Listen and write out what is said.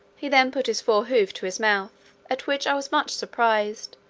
he then put his fore-hoof to his mouth, at which i was much surprised,